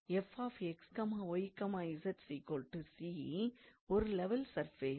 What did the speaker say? எனவே 𝑓𝑥𝑦𝑧 𝑐 ஒரு level surface